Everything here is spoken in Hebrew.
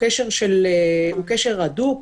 הוא קשר הדוק.